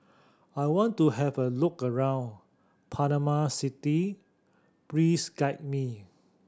I want to have a look around Panama City please guide me